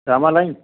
ग्रामालँड